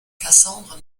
cassandre